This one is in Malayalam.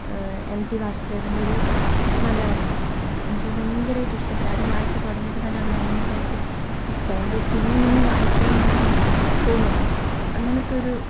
എം ടി വാസുദേവൻ്റെ ഒരു മലയാളം നോവലായിരുന്നു അത് എനിക്കത് ഭയങ്കരമായിട്ട് ഇഷ്ടപ്പെട്ടു ആദ്യം വായിച്ചു തുടങ്ങിയപ്പോൾ തന്നെ അത് ഭയങ്കരമായിട്ട് ഇഷ്ടമായി എന്തോ പിന്നേം പിന്നേം വായിക്കണം നമുക്കിങ്ങനെ തോന്നൂല്ലോ അങ്ങനെത്തെ ഒരു